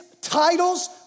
titles